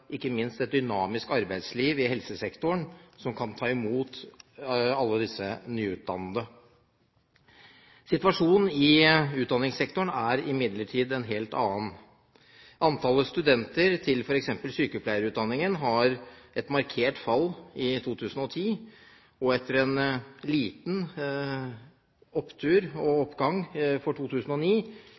ikke minst et dynamisk arbeidsliv i helsesektoren som kan ta imot alle de nyutdannede. Situasjonen i utdanningssektoren er imidlertid en helt annen. Det er et markert fall i antallet studenter til f.eks. sykepleierutdanningen i 2010. Det var en liten opptur og oppgang i 2009,